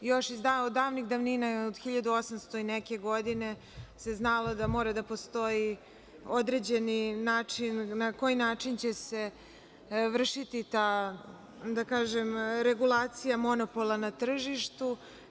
Još od davnih davnina, od 1800 i neke godine se znalo da mora da postoji određeni način, na koji način će se vršiti ta, da kažem regulacija monopola na tržištu.